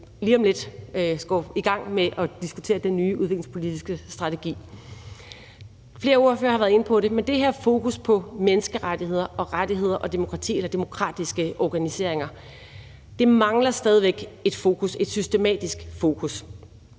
lige om lidt går i gang med at diskutere den nye udviklingspolitiske strategi. Flere ordførere har været inde på det, men det her med menneskerettigheder, rettigheder og demokrati eller demokratiske organiseringer mangler stadig et fokus, et systematisk fokus.